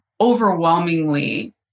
overwhelmingly